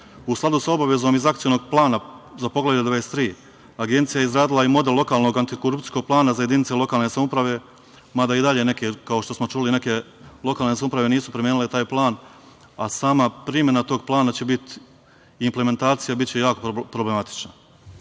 skladu sa obavezom iz Akcionog plana za Poglavlje 23 Agencija je izradila i model lokalnog antikorupcijskog plana za jedinice lokalne samouprave, mada i dalje, kao što smo čuli, neke lokalne samouprave nisu promenile taj plan, a sama primena tog plana i implementacija će biti jako problematična. Agencija